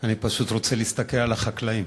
אני פשוט רוצה להסתכל על החקלאים.